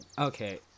Okay